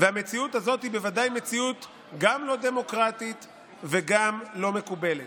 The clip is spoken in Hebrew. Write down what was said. והמציאות הזאת היא בוודאי מציאות גם לא דמוקרטית וגם לא מקובלת.